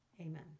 Amen